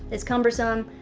is cumbersome,